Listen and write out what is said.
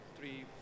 three